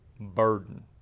burden